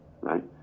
right